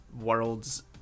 world's